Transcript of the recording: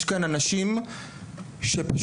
יש כאן אנשים שפשוט,